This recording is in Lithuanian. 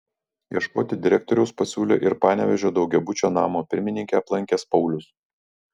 ieškoti direktoriaus pasiūlė ir panevėžio daugiabučio namo pirmininkę aplankęs paulius